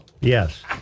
Yes